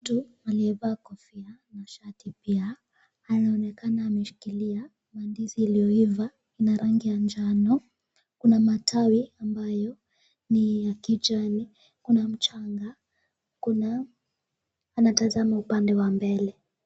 Mtu aliyevaa kofia na shati pia, anaonekana ameshikilia mandizi yaliyoiva, ina rangi ya njano. Kuna matawi ambayo ni ya kijani. Kuna mchanga. Kuna, anatazama upande wa mbele.